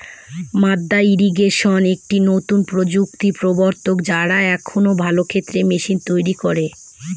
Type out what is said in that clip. মাদ্দা ইরিগেশন একটি নতুন প্রযুক্তির প্রবর্তক, যারা এখন ভালো ক্ষেতের মেশিন তৈরী করে